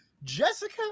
jessica